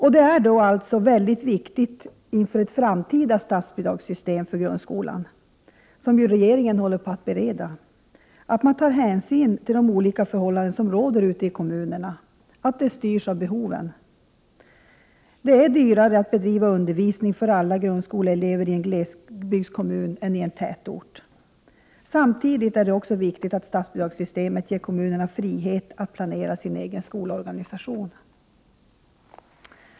Det är alltså mycket viktigt att man inför ett framtida statsbidragssystem för grundskolan, som ju regeringen håller på att bereda, tar hänsyn till de olika förhållanden som råder ute i kommunerna, att det styrs av behoven. Det är dyrare att bedriva undervisning för alla grundskoleelever i en glesbygdskommun än i en tätort. Samtidigt är det viktigt att statsbidragssystemet ger kommunerna frihet att planera sin egen skolorganisation.